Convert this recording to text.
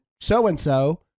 so-and-so